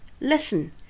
Listen